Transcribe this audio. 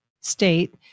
state